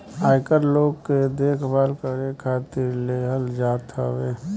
आयकर लोग के देखभाल करे खातिर लेहल जात हवे